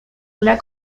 una